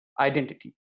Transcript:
identity